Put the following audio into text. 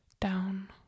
down